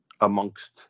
amongst